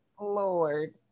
Lord